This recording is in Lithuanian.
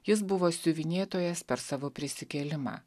jis buvo siuvinėtojas per savo prisikėlimą